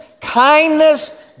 kindness